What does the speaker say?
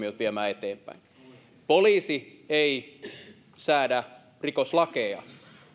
tuomiot myöskin viemään eteenpäin poliisi ei säädä rikoslakeja